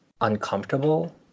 uncomfortable